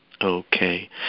Okay